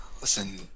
Listen